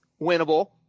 winnable